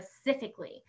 specifically